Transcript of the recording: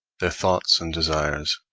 their thoughts and desires,